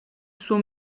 suo